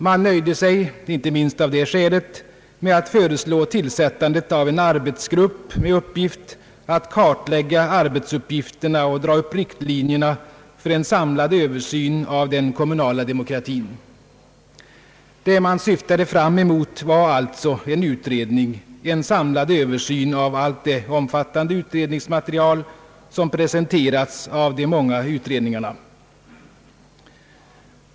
Man nöjde sig, inte minst av det skälet, med att föreslå tillsättande av en arbetsgrupp med uppgift att »kartlägga arbetsuppgifterna och dra upp riktlinjerna för en samlad översyn av den kommunala demokratin». Det man syftade fram emot var alltså en utredning, en samlad översyn av allt det omfattande utredningsmaterial som presenterats av de många utredningarna.